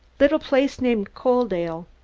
little place named coaldale.